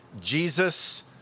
Jesus